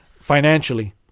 Financially